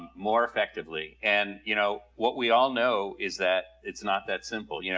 more effectively. and you know what we all know is that it's not that simple. yeah